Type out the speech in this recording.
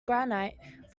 granite